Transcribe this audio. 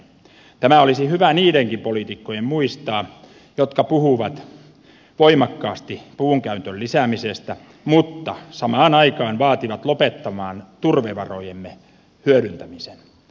tämä olisi hyvä niidenkin poliitikkojen muistaa jotka puhuvat voimakkaasti puun käytön lisäämisestä mutta samaan aikaan vaativat lopettamaan turvevarojemme hyödyntämisen